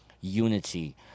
unity